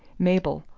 mabel,